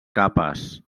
capes